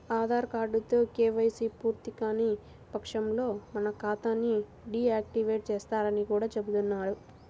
ఆధార్ కార్డుతో కేవైసీ పూర్తికాని పక్షంలో మన ఖాతా ని డీ యాక్టివేట్ చేస్తారని కూడా చెబుతున్నారు